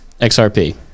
XRP